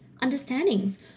understandings